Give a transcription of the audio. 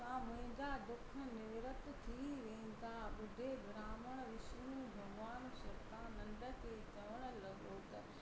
सां मुंहिंजा दुख निवृत थी वेंदा ॿुढे ब्राहमण विष्नु भॻिवान शतानंद खे चवण लॻो त